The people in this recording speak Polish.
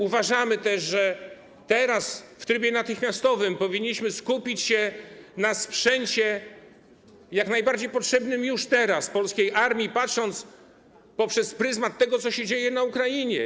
Uważamy też, że w trybie natychmiastowym powinniśmy skupić się na sprzęcie jak najbardziej potrzebnym już teraz polskiej armii, patrząc przez pryzmat tego, co się dzieje na Ukrainie.